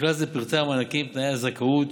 ובכלל זה פרטי המענקים, תנאי הזכאות,